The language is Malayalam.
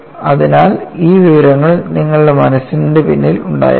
അതിനാൽ ഈ വിവരങ്ങൾ നിങ്ങളുടെ മനസ്സിന്റെ പിന്നിൽ ഉണ്ടായിരിക്കണം